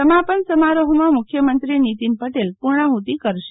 સમાપન સમારોહમાં મુખ્યમંત્રી નિતીન પટેલ પૂર્ણાહ્તિ કરશે